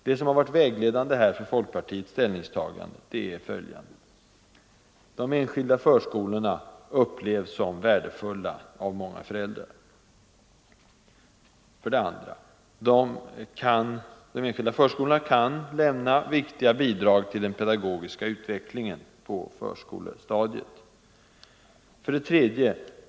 Det som varit vägledande för folkpartiets ställningstagande är följande: A. De enskilda förskolorna upplevs som värdefulla av många föräldrar. B. De enskilda förskolorna kan lämna viktiga bidrag till den pedagogiska utvecklingen på förskolestadiet. C.